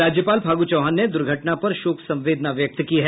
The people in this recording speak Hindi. राज्यपाल फागू चौहान ने दुर्घटना पर शोक संवेदना व्यक्त की है